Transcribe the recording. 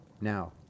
Now